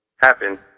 happen